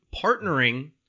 partnering